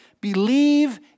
Believe